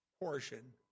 portion